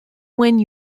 when